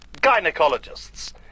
gynecologists